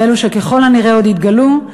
ואלו שככל הנראה עוד יתגלו,